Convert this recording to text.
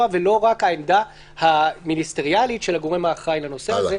ולא רק העמדה המיניסטריאלית של הגורם האחראי לנושא הזה.